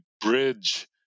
bridge